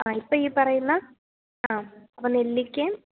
ആ ഇപ്പം ഈ പറയുന്ന ആം അപ്പം നെല്ലിക്കയും